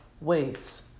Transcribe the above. ways